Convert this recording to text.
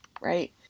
right